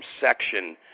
section